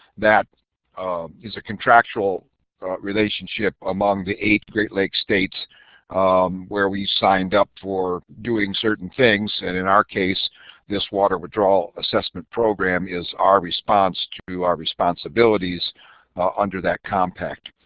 that is a contractual relationship among the eight great lakes states um where we signed up for doing certain things, and in our case this water withdrawal assessment program is our response to our responsibilities under that compact.